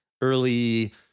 early